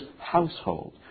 household